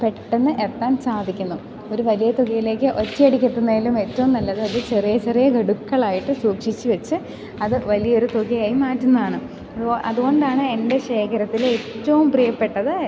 പെട്ടെന്ന് എത്താൻ സാധിക്കുന്നു ഒരു വലിയ തുകയിലേക്ക് ഒറ്റയടിക്കെത്തുന്നതിലും ഏറ്റവും നല്ലത് അത് ചെറിയ ചെറിയ ഗഡുക്കളായിട്ട് സൂക്ഷിച്ചു വെച്ച് അത് വലിയൊരു തുകയായി മാറ്റുന്നതാണ് അതുകൊണ്ടാണ് എൻ്റെ ശേഖരത്തിലേറ്റവും പ്രീയപ്പെട്ടത്